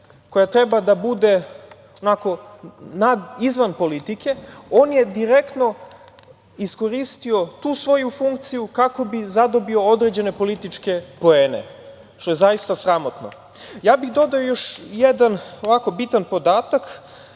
koja treba da bude izvan politike, on je direktno iskoristio tu svoju funkciju kako bi zadobio određene političke poene, što je zaista sramotno. Dodao bih još jedan bitan podatak.